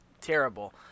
terrible